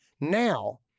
Now